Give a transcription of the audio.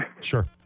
Sure